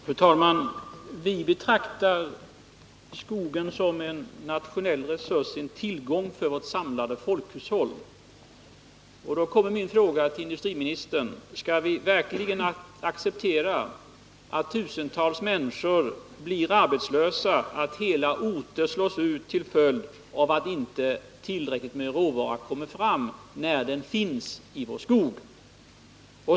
Fru talman! Vi betraktar skogen som en nationell resurs, en tillgång för vårt samlade folkhushåll. Då kommer min fråga till industriministern: Skall . att hela orter vi verkligen acceptera att tusentals människor blir arbetslö slås ut till följd av att inte tillräcklig mängd råvara kommer fram, trots att den finns i vår skog?